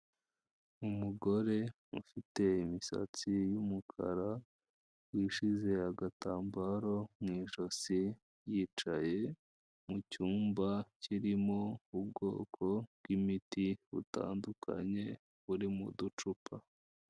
Umugore ufite imisatsi y'umukara, wishyize agatambaro mu ijosi, yicaye mu cyumba kirimo ubwoko bw'imiti butandukanye buri mu ducupa.